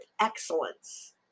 excellence